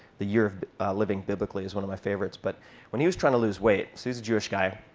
the year of living biblically is one of my favorites. but when he was trying to lose weight so he's a jewish guy.